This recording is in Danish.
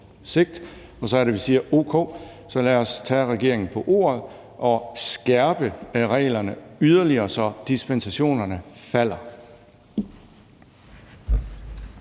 sigt. Så er det, vi siger: Okay, så lad os tage regeringen på ordet og skærpe reglerne yderligere, så dispensationernes antal